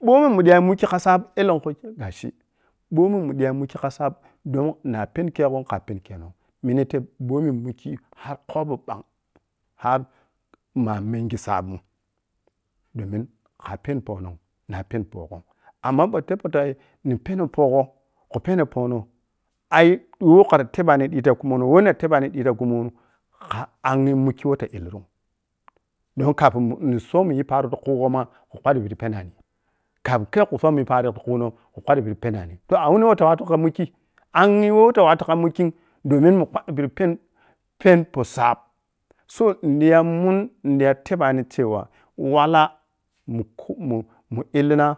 Bomi mun diyo anyi mukki kha sab ellano gashi, ɓomi mun diya an mukki kha sab don na pɛni keghom kha peni kenom mmentei bomi mukki har khopou bang har mah mengi sabmun domin kha pɛni pohkne na pɛni pohghom amma ɓou tebpou tah ni pɛno pohgho khu pɛno pohno aiwo khara tebani dita khumono wei kha dita tebani digita khumono kha angi mukki wel ta illinum domin kafinni somidi paro ti khughoma khu kpaddo pidi pɛnani kafin khe khu somidi yi paro ti khuno ma khu, kpaddo pidi pɛnani toh amini woh ta wattun kha wukkii angyi who ta wattu ka mukkim domin mun kpaddo pidi peni poh sab so, ni diya muan ni ƌiya tebani cewa wala mu-khu-mun illina